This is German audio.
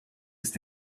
ist